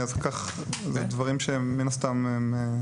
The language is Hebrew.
כך בדברים שהם מן הסתם חסויים.